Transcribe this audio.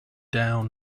down